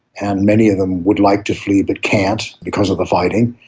and many of them would like to flee but can't because of the fighting.